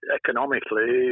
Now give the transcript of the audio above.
economically